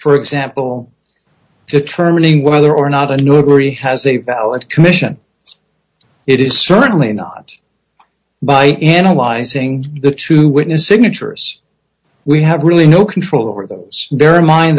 for example determining whether or not a new agree has a valid commission it is certainly not by analyzing the true witness signatures we have really no control over th